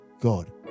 God